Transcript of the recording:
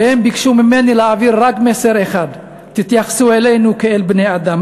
והם ביקשו ממני להעביר רק מסר אחד: תתייחסו אלינו כאל בני-אדם,